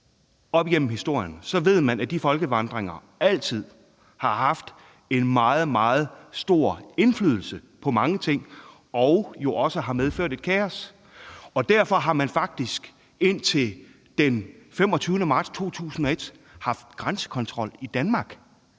igennem historien, så ved man, at de folkevandringer altid har haft meget, meget stor indflydelse på mange ting og også har medført kaos. Derfor har man faktisk indtil den 25. marts 2001 haft grænsekontrol i Danmark,